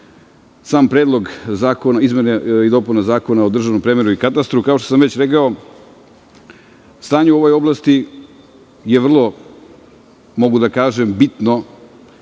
sam Predlog izmene i dopune Zakona o državnom premeru i katastru. Kao što sam već rekao, stanje u ovoj oblasti je vrlo, mogu da kažem, bitno